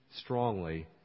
strongly